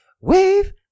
wave